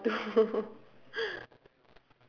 two four two